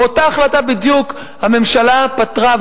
באותה החלטה בדיוק הממשלה פטרה,